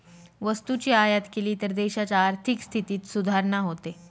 वस्तूची आयात केली तर देशाच्या आर्थिक स्थितीत सुधारणा होते